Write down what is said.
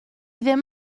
ddim